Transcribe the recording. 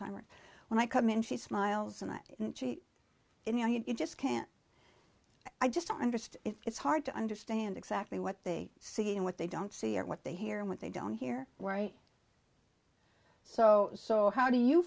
right when i come in she smiles and you know you just can't i just don't understand it's hard to understand exactly what they see and what they don't see or what they hear and what they don't hear were right so so how do you